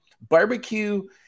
Barbecue